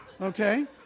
okay